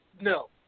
no